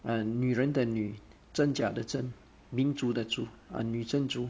err 女人的女真假的真民族的族 uh 女真族